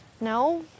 No